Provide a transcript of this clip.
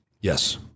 Yes